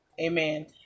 Amen